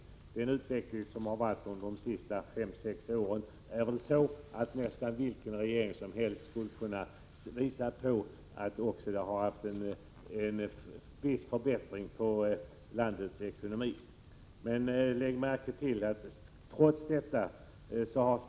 Med den utveckling vi haft under de senaste fem sex åren hade nästan vilken regering som helst kunnat redovisa en viss förbättring av landets ekonomi. Men trots förbättringen av konjunkturläget — Prot.